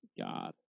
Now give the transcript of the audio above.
God